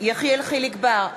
יחיאל חיליק בר,